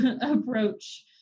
approach